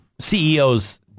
CEOs